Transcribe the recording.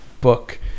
book